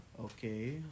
okay